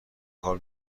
کار